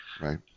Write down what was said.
Right